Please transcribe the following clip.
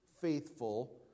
faithful